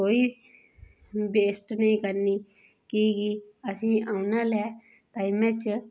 कोई वेस्ट नेईं करनी कि कि असें औने आह्ले टाइमै च